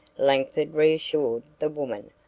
langford reassured the woman.